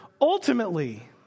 ultimately